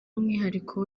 umwihariko